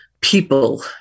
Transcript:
people